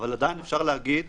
אבל עדיין אפשר להגיד